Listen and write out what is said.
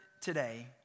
today